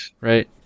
Right